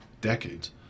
decades